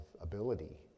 ability